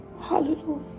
Hallelujah